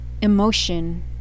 emotion